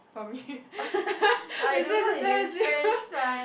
for me or is it the same as you